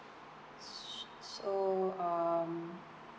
su~ so um